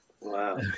Wow